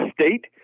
State